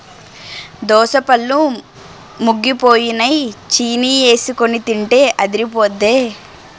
దోసపళ్ళు ముగ్గిపోయినై చీనీఎసికొని తింటే అదిరిపొద్దే